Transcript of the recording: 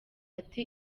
ati